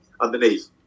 Underneath